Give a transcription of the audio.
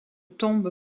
tombe